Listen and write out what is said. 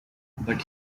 but